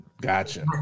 Gotcha